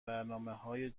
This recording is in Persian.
برنامههای